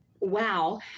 wow